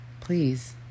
Please